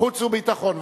החוץ והביטחון.